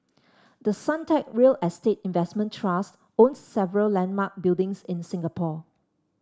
the Suntec real estate investment trust owns several landmark buildings in Singapore